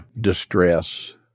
distress